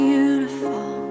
Beautiful